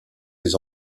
les